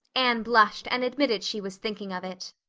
anne blushed and admitted she was thinking of it.